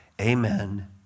amen